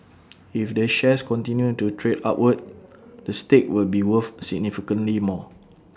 if the shares continue to trade upward the stake will be worth significantly more